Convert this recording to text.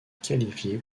qualifié